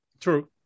True